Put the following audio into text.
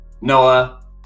noah